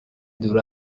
دور